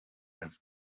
have